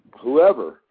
whoever